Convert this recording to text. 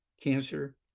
cancer